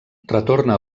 retorna